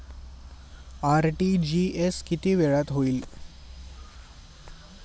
RTGS किती वेळात होईल?